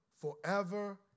forever